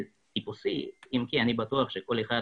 ואין לי כל כך